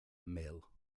mill